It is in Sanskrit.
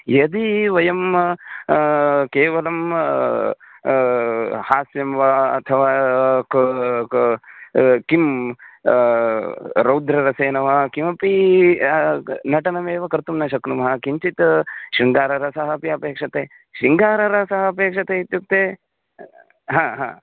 यदि वयं केवलं हास्यं वा अथवा क क किं रौद्ररसेन वा किमपि नटनमेव कर्तुं न शक्नुमः किञ्चित् शृङ्गाररसः अपि अपेक्ष्यते शृङ्गाररसः अपेक्ष्यते इत्युक्ते हा हा